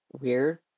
weird